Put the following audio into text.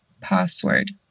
password